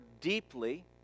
deeply